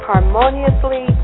harmoniously